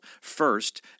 First